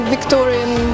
Victorian